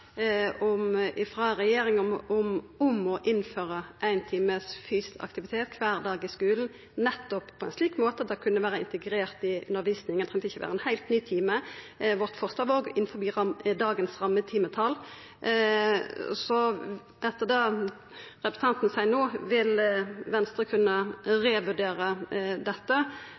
regjeringa om å innføra ein time fysisk aktivitet kvar dag i skulen nettopp på ein slik måte at det kunne vera integrert i undervisninga – det trong ikkje vera ein heilt ny time. Vårt forslag var innanfor dagens rammetimetal. Så etter det representanten seier no, vil Venstre kunne revurdera dette